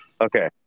okay